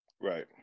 right